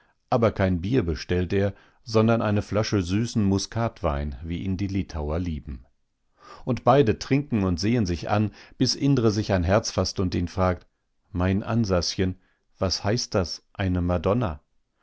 aber kein bier bestellt er sondern eine flasche süßen muskatwein wie ihn die litauer lieben und beide trinken und sehen sich an bis indre sich ein herz faßt und ihn fragt mein ansaschen was heißt das eine madonna